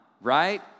right